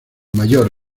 mayor